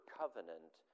covenant